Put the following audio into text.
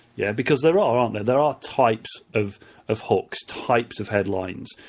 yeah because there are, aren't there? there are types of of hooks, types of headlines,